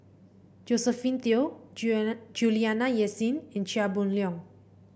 Josephine Teo Juliana Yasin and Chia Boon Leong